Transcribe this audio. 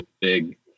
big